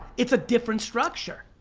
it's a different structure.